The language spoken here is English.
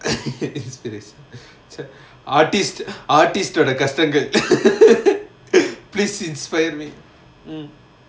சரி சரி:sari sari artists artists டோட கஷ்டங்கள்:toda kashtangal please inspire me mm